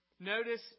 Notice